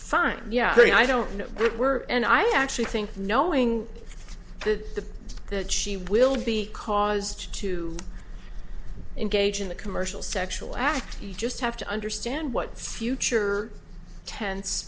fine yeah i don't know if it were and i actually think knowing the that she will be caused to engage in the commercial sexual act you just have to understand what future tense